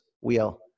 wheel